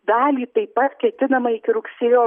dalį taip pat ketinama iki rugsėjo